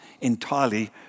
entirely